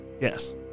Yes